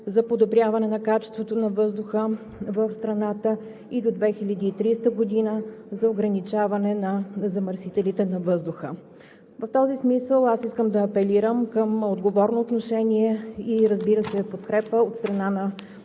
за подобряване на качеството на въздуха в страната, и до 2030 г. за ограничаване на замърсителите на въздуха. В този смисъл аз искам да апелирам към отговорно отношение и, разбира се, подкрепа от страна на